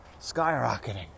skyrocketing